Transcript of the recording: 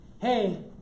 hey